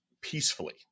peacefully